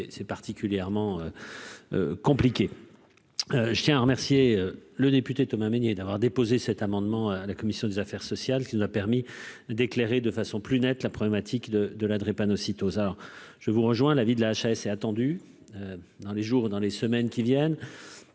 c'est particulièrement compliqué, je tiens à remercier le député Thomas Mesnier d'avoir déposé cet amendement à la commission des affaires sociales qui nous a permis d'éclairer de façon plus nette la problématique de de la drépanocytose, alors je vous rejoins l'avis de la HAS est attendue dans les jours, dans les semaines qui viennent,